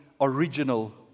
original